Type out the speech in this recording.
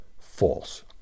false